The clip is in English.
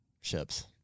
ships